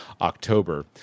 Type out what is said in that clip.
October